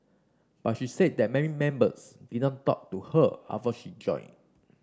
but she said that many members did not talk to her after she joined